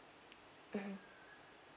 mmhmm